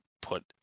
put